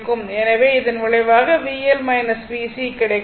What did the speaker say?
எனவே இதன் விளைவாக VL VC கிடைக்கும்